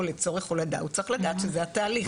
לצורך הולדה הוא צריך לדעת שזה התהליך.